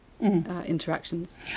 interactions